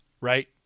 right